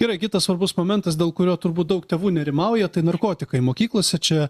gerai kitas svarbus momentas dėl kurio turbūt daug tėvų nerimauja tai narkotikai mokyklose čia